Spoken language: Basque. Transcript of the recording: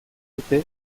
dute